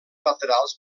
laterals